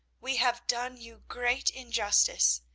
we have done you great injustice.